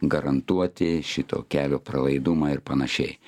garantuoti šito kelio pralaidumą ir panašiai